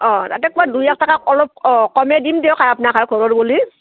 অঁ তাতে কৰবাত দুই এক টাকা অলপ অঁ কমাই দিম দিয়ক আপোনাক আৰু ঘৰৰ বুলি